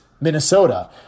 Minnesota